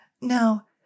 Now